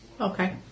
Okay